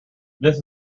this